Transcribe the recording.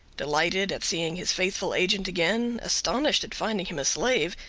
delighted at seeing his faithful agent again, astonished at finding him a slave,